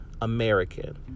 American